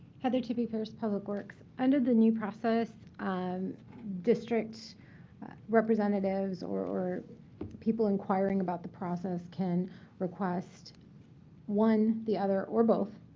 heather tippey pierce, public works. under the new process, um district representatives or or people inquiring about the process can request one, the other, or both.